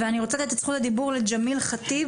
אני רוצה לתת את זכות הדיבור לג'מיל חטיב,